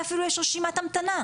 ואולי אפילו יש רשימת המתנה.